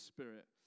Spirit